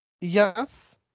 Yes